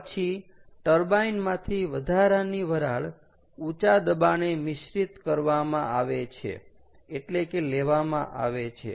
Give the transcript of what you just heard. પછી ટર્બાઈન માંથી વધારાની વરાળ ઊંચા દબાણે મિશ્રીત કરવામાં આવે છે એટલે કે લેવામાં આવે છે